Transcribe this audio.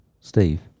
Steve